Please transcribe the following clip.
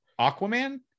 Aquaman